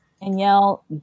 Danielle